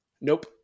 Nope